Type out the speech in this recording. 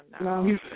no